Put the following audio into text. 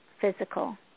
physical